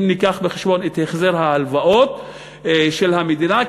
אם ניקח בחשבון את החזר ההלוואות של המדינה,